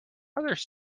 others